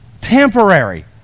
temporary